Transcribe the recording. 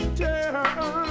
turn